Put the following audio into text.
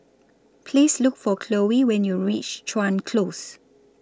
Please Look For Khloe when YOU REACH Chuan Close